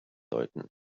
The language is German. sollten